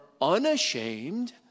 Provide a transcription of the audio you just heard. unashamed